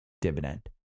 dividend